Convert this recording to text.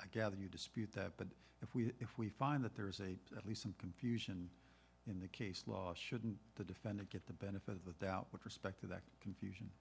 i gather you dispute that but if we if we find that there is a at least some confusion in the case law shouldn't the defendant get the benefit of the doubt with respect confusion